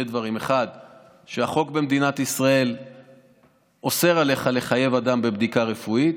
דברים: 1. החוק במדינת ישראל אוסר עליך לחייב אדם בבדיקה רפואית,